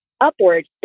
upward